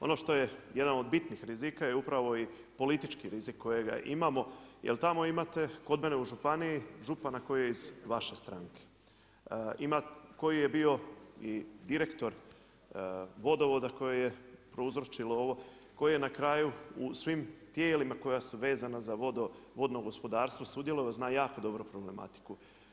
Ono što je jedan od bitnih rizika je upravo i politički rizik kojega imamo, jer tamo imate kod mene u županiji župana koji je iz vaše stranke, koji je bio i direktor vodovoda koje je prouzročilo ovo, koje je na kraju u svim tijelima koja su vezana za vodno gospodarstvo sudjelovala zna jako dobro problematiku.